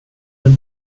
ill